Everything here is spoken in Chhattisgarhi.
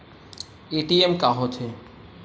ए.टी.एम का होथे?